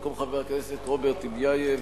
במקום חבר הכנסת רוברט טיבייב